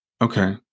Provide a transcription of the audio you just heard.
Okay